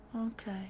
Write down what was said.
Okay